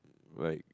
right